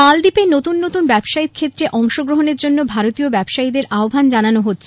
মালদ্বীপে নতুন নতুন ব্যবসায়িক ক্ষেত্রে অংশগ্রহণের জন্য ভারতীয় ব্যবসায়ীদের আহ্বান জানানো হয়েছে